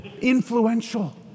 Influential